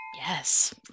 Yes